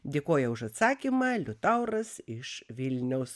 dėkoja už atsakymą liutauras iš vilniaus